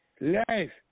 Life